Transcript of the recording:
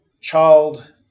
child